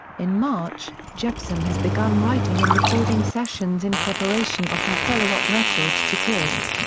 in march, jepsen has begun writing and recording sessions in preparation of her follow-up record to kiss.